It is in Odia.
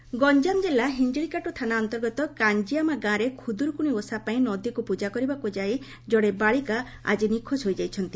ଜଣେ ନିଖୋଜ ଗଞ୍ଠାମ କିଲ୍ଲ ହିଞ୍ଞିଳିକାଟୁ ଥାନା ଅନ୍ତର୍ଗତ କାଞ୍ଞିଆମା ଗାଁରେ ଖୁଦୁରୁକୁଣୀ ଓଷା ପାଇଁ ନଦୀକୁ ପୂଜା କରିବାକୁ ଯାଇ ଜଣେ ବାଳିକା ଆଜି ନିଖୋଜ ହୋଇଯାଇଛନ୍ତି